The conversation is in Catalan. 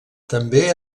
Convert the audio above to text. també